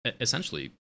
essentially